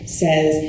says